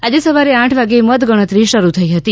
આજે સવારે આઠ વાગે મતગણતરી શરૂ થઇ હતી